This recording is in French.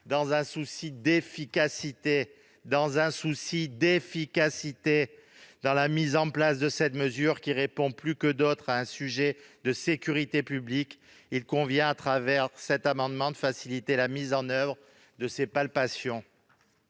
Dans un souci d'efficacité dans la mise en place de cette mesure, qui répond plus que d'autres à un sujet de sécurité publique, il convient, à travers cet amendement, de faciliter la mise en oeuvre de ces palpations.